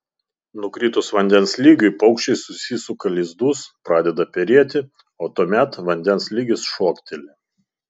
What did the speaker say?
nukritus vandens lygiui paukščiai susisuka lizdus pradeda perėti o tuomet vandens lygis šokteli